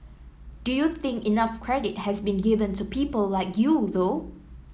do you think enough credit has been given to people like you though